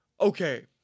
Okay